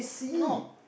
no